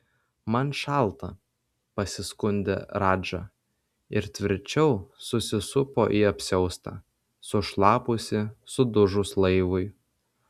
man šalta pasiskundė radža ir tvirčiau susisupo į apsiaustą sušlapusį sudužus laivui